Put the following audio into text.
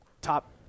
top